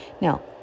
Now